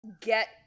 get